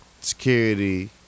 security